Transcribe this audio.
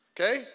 okay